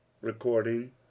recording